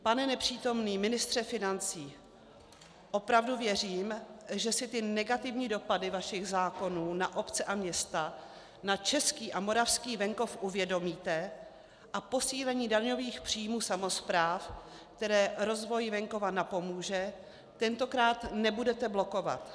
Pane nepřítomný ministře financí, opravdu věřím, že si ty negativní dopady vašich zákonů na obce a města, na český a moravský venkov uvědomíte a posílení daňových příjmů samospráv, které rozvoji venkova napomůže, tentokrát nebudete blokovat.